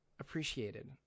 appreciated